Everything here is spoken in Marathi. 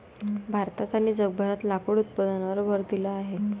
भारतात आणि जगभरात लाकूड उत्पादनावर भर दिला जात आहे